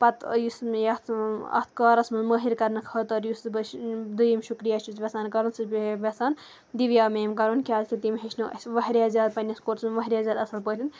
پَتہٕ یُس مےٚ یَتھ اَتھ کارَس منٛز مٲہِر کرنہٕ خٲطرٕ یُس بہٕ دٔیِم شُکریہ چھَس یژھان کَرُن سُہ بیٚیہِ یژھان دیویا میم کَرُن کیٛازِکہِ تٔمۍ ہیٚچھنٲو اَسہِ واریاہ زیادٕ پنٛنِس کورسَس منٛز واریاہ زیادٕ اَصٕل پٲٹھۍ